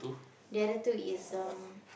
the other two is um